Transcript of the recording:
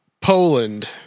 Poland